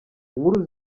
inkuru